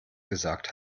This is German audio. gesagt